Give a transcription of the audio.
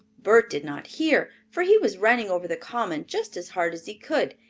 bert did not hear, for he was running over the common just as hard as he could,